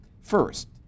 First